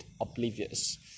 oblivious